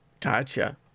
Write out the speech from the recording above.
Gotcha